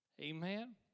Amen